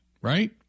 right